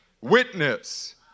witness